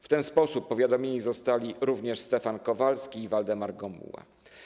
W ten sposób powiadomieni zostali również Stefan Kowalski i Waldemar Gomuła.